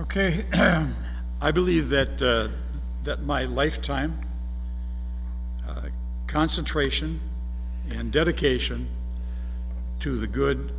ok i believe that that my lifetime of concentration and dedication to the good